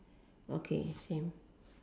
okay same